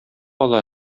ала